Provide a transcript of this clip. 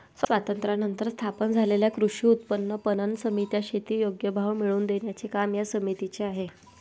स्वातंत्र्यानंतर स्थापन झालेल्या कृषी उत्पन्न पणन समित्या, शेती योग्य भाव मिळवून देण्याचे काम या समितीचे आहे